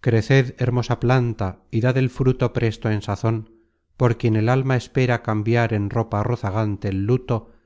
creced hermosa planta y dad el fruto presto en sazon por quien el alma espera cambiar en ropa rozagante el